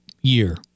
year